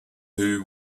who